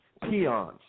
Peons